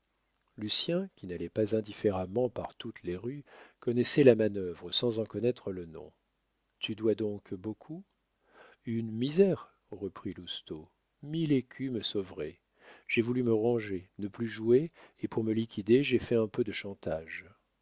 rencontré lucien qui n'allait pas indifféremment par toutes les rues connaissait la manœuvre sans en connaître le nom tu dois donc beaucoup une misère reprit lousteau mille écus me sauveraient j'ai voulu me ranger ne plus jouer et pour me liquider j'ai fait un peu de chantage